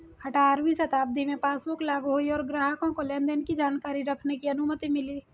अठारहवीं शताब्दी में पासबुक लागु हुई और ग्राहकों को लेनदेन की जानकारी रखने की अनुमति मिली